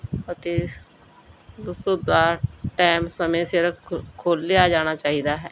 ਅਤੇ ਉਸਦਾ ਟਾਈਮ ਸਮੇਂ ਸਿਰ ਖੋ ਖੋਲ੍ਹਿਆ ਜਾਣਾ ਚਾਹੀਦਾ ਹੈ